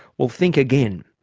well think again.